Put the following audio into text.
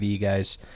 guys